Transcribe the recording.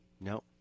No